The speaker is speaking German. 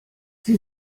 sie